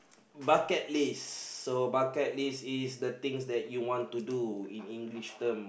bucket list so bucket list is the things that you want to do in English term